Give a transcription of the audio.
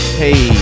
hey